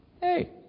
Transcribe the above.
Hey